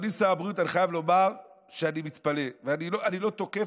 אדוני היושב-ראש, חבריי חברי הכנסת, אציין תחילה